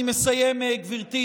אני מסיים, גברתי